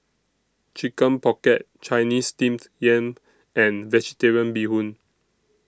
Chicken Pocket Chinese Steamed Yam and Vegetarian Bee Hoon